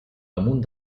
damunt